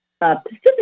Pacific